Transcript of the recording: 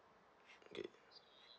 okay